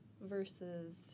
versus